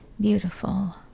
beautiful